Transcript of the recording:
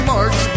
March